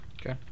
Okay